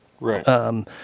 Right